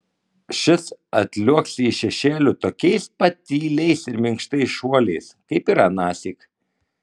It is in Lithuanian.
šis atliuoksi iš šešėlių tokiais pat tyliais ir minkštais šuoliais kaip ir anąsyk